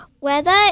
weather